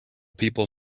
people